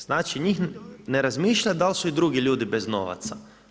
Znači njih ne razmišlja dal su i drugi ljudi bez novaca.